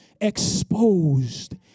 exposed